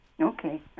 Okay